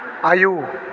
आयौ